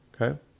Okay